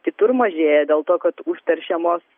kitur mažėja dėl to kad užteršiamos